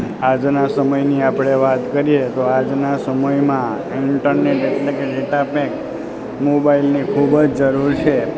આજના સમયને આપણે વાત કરીએ તો આજના સમયમાં ઇન્ટરનેટ એટલે કે ડેટા પ્લેન મોબાઇલની ખૂબ જ જરૂર છે